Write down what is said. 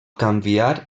canviar